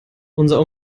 unser